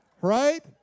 Right